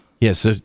Yes